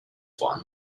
won